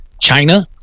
China